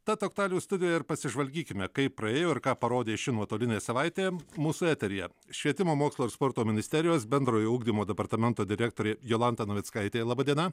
tad aktualijų studijoje ir pasižvalgykime kaip praėjo ir ką parodė ši nuotolinė savaitė mūsų eteryje švietimo mokslo ir sporto ministerijos bendrojo ugdymo departamento direktorė jolanta navickaitė laba diena